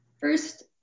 First